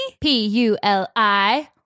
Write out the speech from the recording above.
P-U-L-I